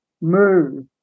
move